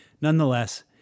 nonetheless